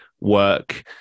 Work